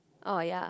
oh ya